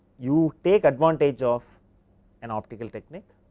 you take advantage of an optical technique